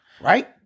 Right